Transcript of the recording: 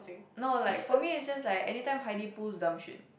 no like for me is just like anytime Haidi pulls dumb shit